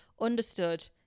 understood